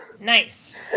nice